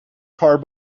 car